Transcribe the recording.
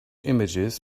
images